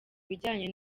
bijyanye